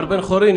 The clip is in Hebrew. מר בן חורין,